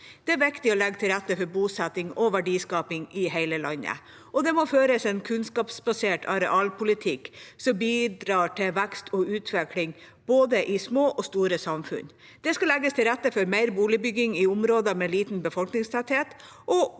Det er viktig å legge til rette for bosetting og verdiskaping i hele landet, og det må føres en kunnskapsbasert arealpolitikk som bidrar til vekst og utvikling i både små og store samfunn. Det skal legges til rette for mer boligbygging i områder med liten befolkningstetthet,